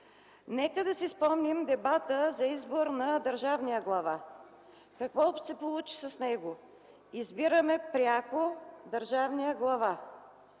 Нека да си спомним дебата за избор на държавния глава. Какво се получи с него? Избираме пряко държавния глава